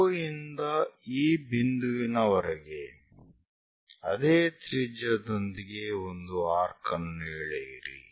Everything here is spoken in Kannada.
O ಯಿಂದ ಈ ಬಿಂದುವಿನವರೆಗೆ ಅದೇ ತ್ರಿಜ್ಯದೊಂದಿಗೆ ಒಂದು ಆರ್ಕ್ ಅನ್ನು ಎಳೆಯಿರಿ